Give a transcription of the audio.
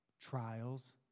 trials